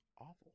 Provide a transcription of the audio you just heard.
awful